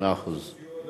מאה אחוז.